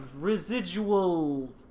residual